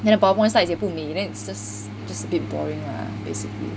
then the powerpoint slides 也不美 then it's just just a bit boring lah basically